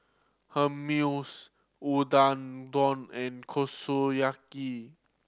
Hummus and Kushiyaki